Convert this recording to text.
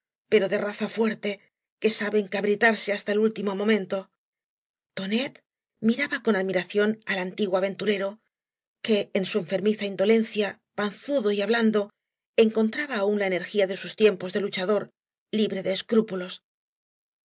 pero de raza fuerte que sabe encabritaree hasta el último momento tonet miraba con admiración al antiguo aventurero que en su eofermiza indolencia panzudo y hablando encontraba aún la energía de bus tiempos de luchador libre de escrúpulos